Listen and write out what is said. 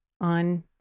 on